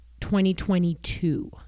2022